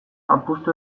apustu